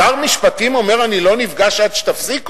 שר משפטים אומר "אני לא נפגש עד שתפסיקו"?